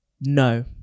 no